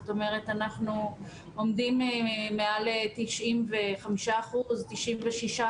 אנחנו עומדים על 95% 96%,